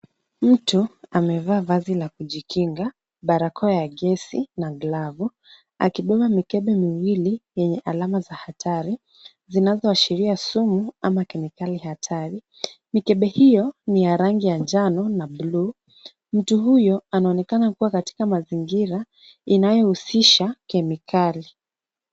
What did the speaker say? Mtu amevaa vazi la kujikinga, barakoa ya gesi na glavu akibeba mikebe miwili yenye alama za hatari zinazoashiria sumu ama kemikali hatari , mikebe hiyo ni ya rangi ya njano na bluu, mtu huyo anaonekana akiwa katika mazingira inayohusisha kemikali .